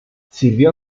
sirvió